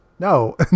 No